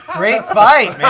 great fight,